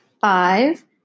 Five